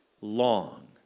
long